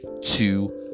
Two